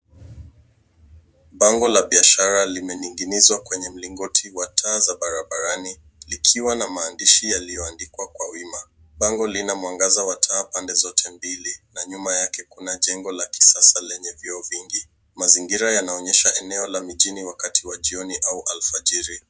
Bango la biashara limening'inizwa kwenye mlingoti wa taa za barabarani likiwa na maandishi yaliyoandikwa kwa wima. Bango lina mwangaza wa taa pande zote mbili na nyuma yake kuna jengo la kisasa lenye vioo vingi. Mazingira yanaonyesha eneo la mijini wakati wa jioni au alfajiri.